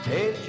Hey